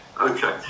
Okay